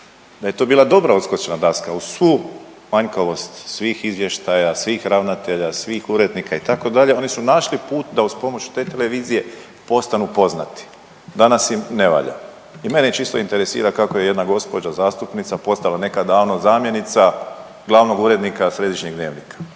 da je to bila dobra odskočna daska uz svu manjkavost svih izvještaja, svih ravnatelja, svih urednika itd., oni su našli put da uz pomoć te televizije postanu poznati, danas im ne valja i mene čisto interesira kako je jedna gđa. zastupnica postala nekad davno zamjenica glavnog urednika središnjeg Dnevnika,